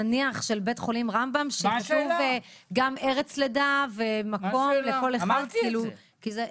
בית החולים רמב"ם שכתוב בו גם ארץ לידה ומקום -- אמרתי את זה.